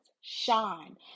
shine